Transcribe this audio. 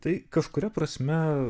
tai kažkuria prasme